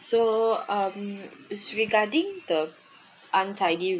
so um it's regarding the untidy